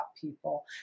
people